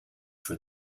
für